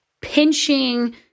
pinching